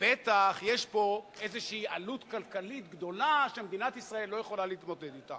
בטח יש פה איזו עלות כלכלית גדולה שמדינת ישראל לא יכולה להתמודד אתה.